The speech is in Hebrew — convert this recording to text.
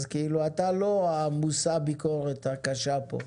אז כאילו אתה לא המושא הביקורת הקשה פה.